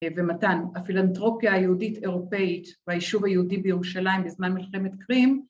ומתן הפילנתרופיה היהודית אירופאית ביישוב היהודי בירושלים בזמן מלחמת קרים